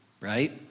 Right